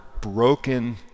broken